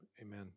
Amen